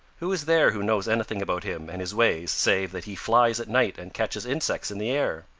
who is there who knows anything about him and his ways save that he flies at night and catches insects in the air?